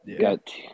Got